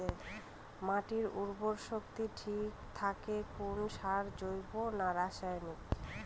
মাটির উর্বর শক্তি ঠিক থাকে কোন সারে জৈব না রাসায়নিক?